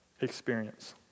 experience